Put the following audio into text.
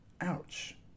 Ouch